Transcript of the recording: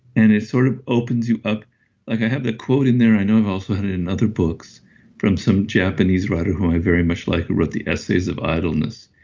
and it sort of opens you up, like i have a quote in there, i know i've also had in other books from some japanese writer who i very much like who wrote the essays of idleness.